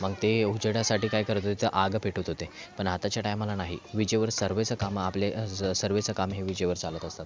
मग ते उजेडासाठी काय करत होते आग पेटवत होते पण आताच्या टायमाला नाही विजेवर सर्वच कामं आपले सर्वच कामं हे विजेवर चालत असतात